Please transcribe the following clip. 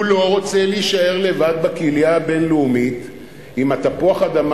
הוא לא רוצה להישאר לבד בקהילייה הבין-לאומית עם תפוח-האדמה